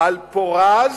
על פורז